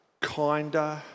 kinder